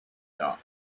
dark